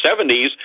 70s